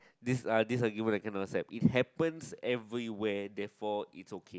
this uh this argument I cannot accept it happens everywhere therefore it's okay